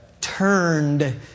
turned